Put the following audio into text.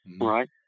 Right